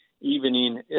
evening